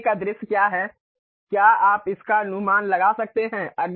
सामने का दृश्य क्या है क्या आप इसका अनुमान लगा सकते हैं